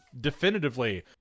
definitively